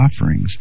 offerings